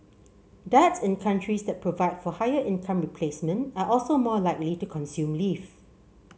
dads in countries that provide for higher income replacement are also more likely to consume leave